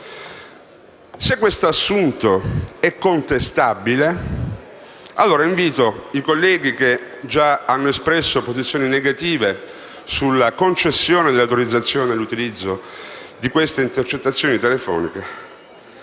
Se quest'assunto è contestabile, allora invito i colleghi che già hanno espresso posizioni negative sulla concessione dell'autorizzazione all'utilizzo di queste intercettazioni telefoniche